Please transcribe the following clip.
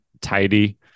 tidy